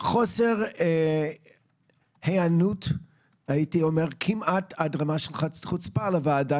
חוסר היענות כמעט עד רמה של חוצפה לוועדה